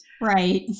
Right